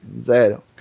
zero